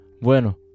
Bueno